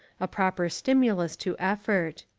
a proper stimulus to effort.